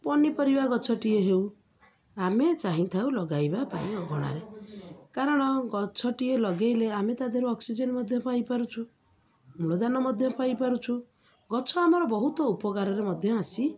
ପନିପରିବା ଗଛଟିଏ ହେଉ ଆମେ ଚାହିଁଥାଉ ଲଗାଇବା ପାଇଁ ଅଗଣାରେ କାରଣ ଗଛଟିଏ ଲଗେଇଲେ ଆମେ ତା ଦେହରୁ ଅକ୍ସିଜେନ୍ ମଧ୍ୟ ପାଇପାରୁଛୁ ଅମ୍ଳଜାନ ମଧ୍ୟ ପାଇପାରୁଛୁ ଗଛ ଆମର ବହୁତ ଉପକାରରେ ମଧ୍ୟ ଆସିଥାଏ